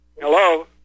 hello